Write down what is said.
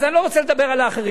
אז אני לא רוצה לדבר על האחרים.